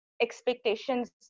expectations